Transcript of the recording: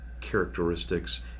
characteristics